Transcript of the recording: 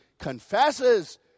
confesses